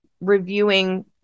reviewing